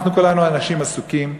אנחנו כולנו אנשים עסוקים,